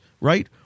right